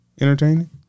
Entertaining